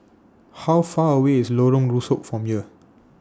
How Far away IS Lorong Rusuk from here